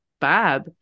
bad